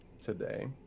today